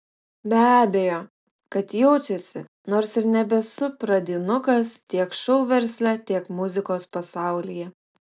be abejo kad jaučiasi nors ir nebesu pradinukas tiek šou versle tiek muzikos pasaulyje